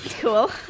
Cool